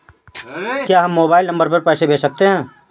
क्या हम mobile number द्वारा पैसे भेज सकते हैं?